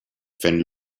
fent